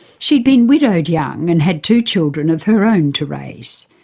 she'd been widowed young and had two children of her own to raise.